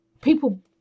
people